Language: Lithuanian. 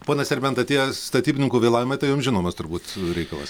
pone serbenta tie statybininkų vėlavimai tai jum žinomas turbūt reikalas